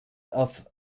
auf